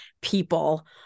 people